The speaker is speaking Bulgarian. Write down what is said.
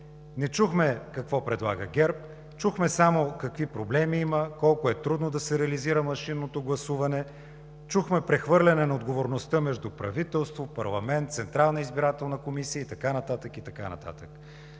Не чухме какво предлага ГЕРБ, а чухме само какви проблеми има, колко е трудно да се реализира машинното гласуване, чухме за прехвърлянето на отговорността между правителството, парламента, Централната избирателна комисия и така нататък, и така нататък.